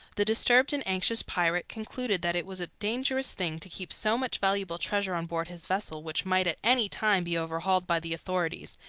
the disturbed and anxious pirate concluded that it was a dangerous thing to keep so much valuable treasure on board his vessel which might at any time be overhauled by the authorities,